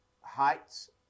heights